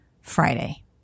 Friday